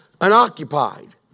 unoccupied